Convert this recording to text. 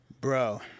Bro